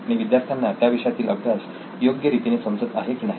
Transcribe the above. आणि विद्यार्थ्यांना त्या विषयातील अभ्यास योग्य रीतीने समजत आहे की नाही